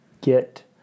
Get